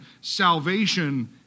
salvation